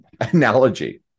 analogy